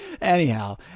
anyhow